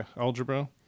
algebra